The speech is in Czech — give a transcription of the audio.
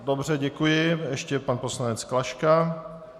Dobře, děkuji, ještě pan poslanec Klaška.